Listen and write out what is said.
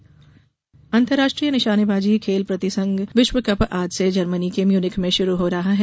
विश्व कप निशानेबाजी अंतर्राष्ट्रीय निशानेबाजी खेल परिसंघ विश्वकप आज से जर्मनी के म्यूनिख में शुरू हो रहा है